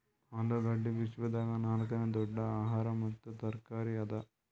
ಆಲೂಗಡ್ಡಿ ವಿಶ್ವದಾಗ್ ನಾಲ್ಕನೇ ದೊಡ್ಡ ಆಹಾರ ಮತ್ತ ತರಕಾರಿ ಅದಾ